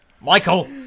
Michael